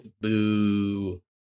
boo